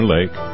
Lake